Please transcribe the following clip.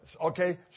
Okay